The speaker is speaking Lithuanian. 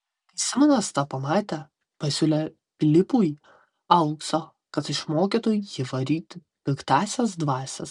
kai simonas tą pamatė pasiūlė pilypui aukso kad išmokytų jį varyti piktąsias dvasias